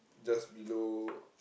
just below